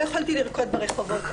לא יכולתי לרקוד ברחובות.